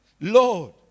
Lord